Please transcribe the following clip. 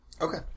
Okay